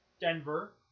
Denver –